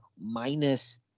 minus